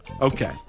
Okay